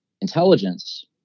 intelligence